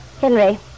Henry